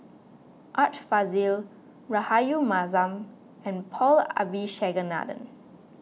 Art Fazil Rahayu Mahzam and Paul Abisheganaden